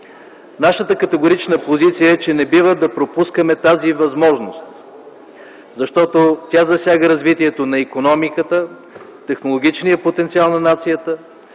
Нашата категорична позиция е, че не бива да пропускаме тази възможност, защото тя засяга развитието на икономиката, технологичния потенциал на нацията,